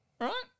Right